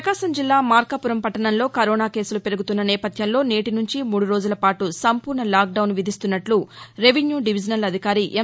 ప్రపకాశం జిల్లా మార్కాపురం పట్లణంలో కరోనా కేసులు పెరుగుతున్న నేపథ్యంలో నేటి నుంచి మూడు రోజుల పాటు సంపూర్ణ లాక్ డౌన్ విధిస్తున్నట్లు రెవిన్యూ డివిజినల్ అధికారి ఎం